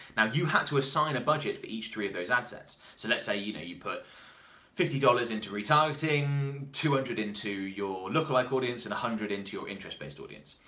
now you had to assign a budget for each three of those ad sets. so let's say you know you put fifty dollars into retargeting, two hundred into your look-alike audience, and one hundred into your interest-based audience.